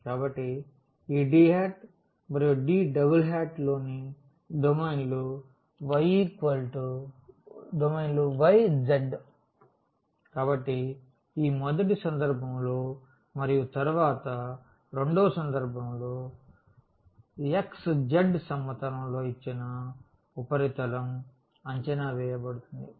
కాబట్టి ఈ D మరియు Dలోని డొమైన్లు yz కాబట్టి ఈ మొదటి సందర్భంలో మరియు తరువాత రెండవ సందర్భంలో xz సమతలంలో ఇచ్చిన ఉపరితలం అంచనా వేయబడుతుంది